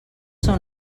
són